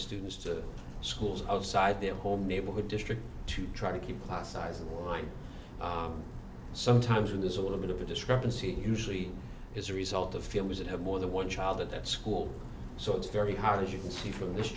students to schools outside their home neighborhood district to try to keep the size of the line sometimes when there's a little bit of a discrepancy usually as a result of families that have more than one child at that school so it's very hard as you can see from this